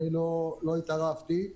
לא התערבתי בדיון.